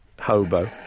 hobo